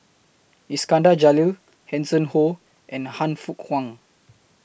Iskandar Jalil Hanson Ho and Han Fook Kwang